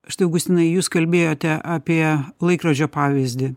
štai augustinai jūs kalbėjote apie laikrodžio pavyzdį